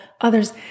others